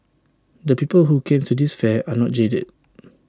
the people who came to this fair are not jaded